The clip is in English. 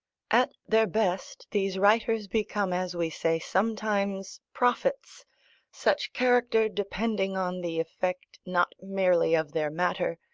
at their best, these writers become, as we say sometimes, prophets such character depending on the effect not merely of their matter,